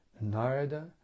Narada